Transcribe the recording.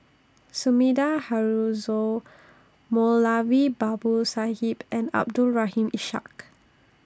Sumida Haruzo Moulavi Babu Sahib and Abdul Rahim Ishak